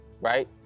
right